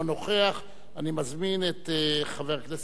אני מזמין את חבר הכנסת איתן כבל.